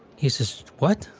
he says, what?